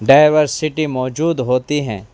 diversity موجود ہوتی ہیں